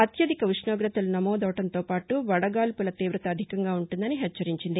అత్యధిక డీసీ ఉష్ణోగ్రతలు నమోదవడంతో పాటు వడగాల్పుల తీవత అధికంగా ఉంటుందని హెచ్చరించింది